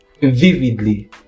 vividly